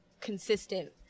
consistent